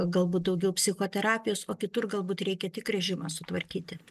galbūt daugiau psichoterapijos o kitur galbūt reikia tik režimą sutvarkyti